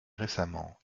récemment